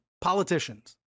politicians